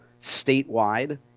statewide